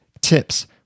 tips